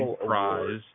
prize